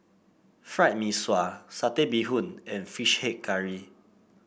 Fried Mee Sua Satay Bee Hoon and fish head curry